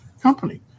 company